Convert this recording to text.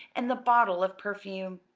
and the bottle of perfume.